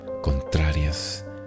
contrarias